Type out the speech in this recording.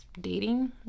dating